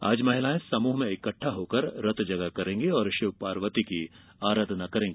आज महिलायें समूह में इकट्ठा होकर रतजगा करेंगीं और शिव पार्वती की आराधना करेंगी